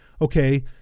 Okay